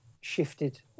shifted